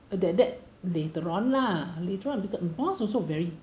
uh that that later on lah later on because boss also very